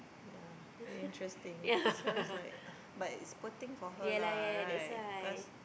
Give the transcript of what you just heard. ya very interesting so is like ugh but is poor thing for her lah right cause